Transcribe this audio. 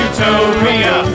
Utopia